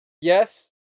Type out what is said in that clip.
Yes